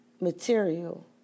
material